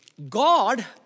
God